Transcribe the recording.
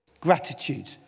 Gratitude